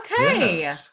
Okay